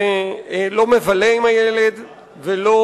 והוא לא מבלה עם הילד ולא